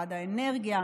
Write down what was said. משרד האנרגיה,